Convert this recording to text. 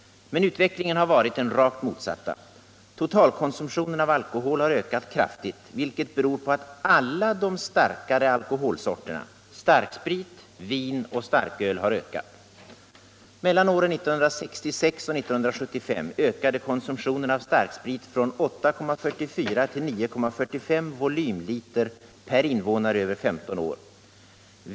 Men utvecklingen har varit den rakt motsatta: totalkonsumtionen av alkohol har ökat kraftigt, vilket beror på att konsumtionen av alla de starkare alkoholsorterna — starksprit, vin och starköl — har ökat. Mellan åren 1966 och 1975 ökade konsumtionen av starksprit från 8,44 till 9,45 volymliter per invånare över 15 år.